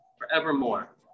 forevermore